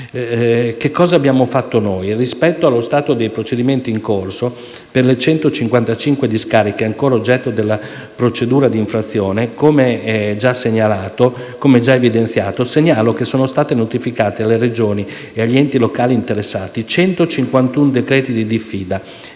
Cosa abbiamo fatto noi? Rispetto allo stato dei procedimenti in corso, per le 155 discariche ancora oggetto della procedura di infrazione, come già evidenziato, segnalo che sono state notificate alle Regioni e agli enti locali interessati 151 decreti di diffida,